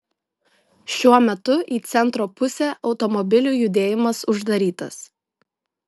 šiuo metu į centro pusę automobilių judėjimas uždarytas